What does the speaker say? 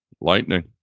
Lightning